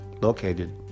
located